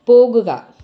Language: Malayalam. പോകുക